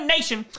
Nation